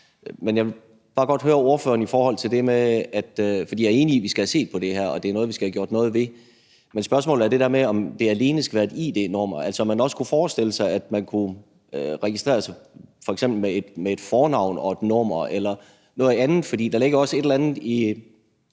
for de ansatte i psykiatrien og i sundhedsvæsenet generelt. Jeg er enig i, at vi skal have set på det her, og at det er noget, vi skal have gjort noget ved. Men spørgsmålet er, om det alene skal være et id-nummer, eller om man også kunne forestille sig, at man f.eks. kunne registrere sig med et fornavn og et nummer eller noget andet, for der ligger et eller andet i